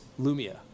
Lumia